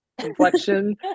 complexion